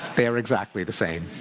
they are exactly the same.